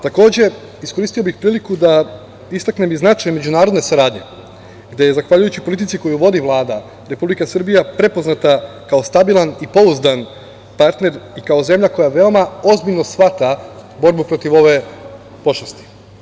Takođe iskoristio bih priliku da istaknem i značaj međunarodne saradnje, gde je zahvaljujući politiku koju vodi Vlada Republika Srbija prepoznata kao stabilan i pouzdan partner, kao zemlja koja veoma ozbiljno shvata borbu protiv ove grupe pošasti.